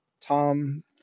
Tom